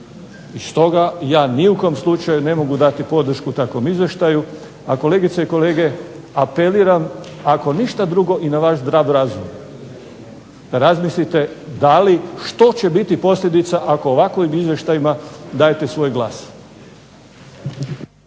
Stoga ja ni u kom slučaju ne mogu dati podršku takvom izvještaju, a kolegice i kolege apeliram ako ništa drugo i na vaš zdrav razum. Razmislite da li, što će biti posljedica ako ovakovim izvještajima dajete svoj glas.